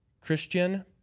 Christian